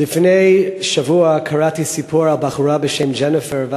לפני שבוע קראתי סיפור על בחורה בשם ג'ניפר,